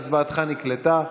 אז הצבעתך נקלטה.